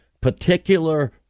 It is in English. particular